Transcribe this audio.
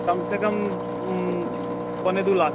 कम सऽ कम पौने दू लाख